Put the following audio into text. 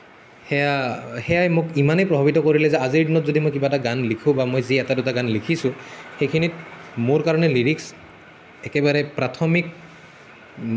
সেয়া সেয়াই মোক ইমানেই প্ৰভাৱিত কৰিলে যে আজিৰ দিনত যদি মই কিবা এটা গান লিখোঁ বা মই যি এটা দুটা গান লিখিছোঁ সেইখিনিত মোৰ কাৰণে লিৰিক্স একেবাৰে প্ৰাথমিক